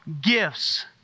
gifts